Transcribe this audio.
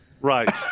Right